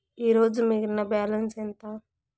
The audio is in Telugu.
ఈరోజు మిగిలిన బ్యాలెన్స్ ఎంత?